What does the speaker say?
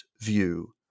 view